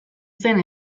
zen